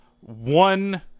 one